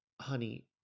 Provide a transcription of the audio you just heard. Honey